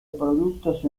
productos